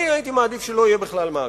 אני הייתי מעדיף שלא יהיה בכלל מאגר.